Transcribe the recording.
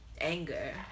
anger